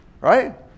right